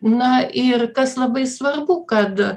na ir kas labai svarbu kad